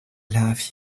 love